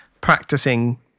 practicing